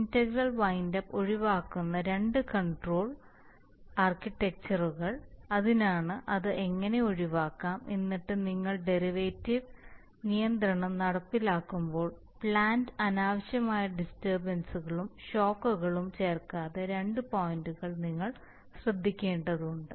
integral wind up ഒഴിവാക്കുന്ന രണ്ട് control ആർക്കിടെക്ചറുകൾ അതിനാൽ അത് എങ്ങനെ ഒഴിവാക്കാം എന്നിട്ട് നിങ്ങൾ ഡെറിവേറ്റീവ് നിയന്ത്രണം നടപ്പിലാക്കുമ്പോൾ പ്ലാന്റിൽ അനാവശ്യമായ ഡിസ്റ്റർബൻസ് കളും ഷോക്കകളും ചേർക്കാത്ത രണ്ട് പോയിന്റുകൾ നിങ്ങൾ ശ്രദ്ധിക്കേണ്ടതുണ്ട്